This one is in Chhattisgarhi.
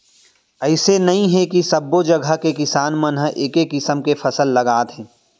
अइसे नइ हे के सब्बो जघा के किसान मन ह एके किसम के फसल लगाथे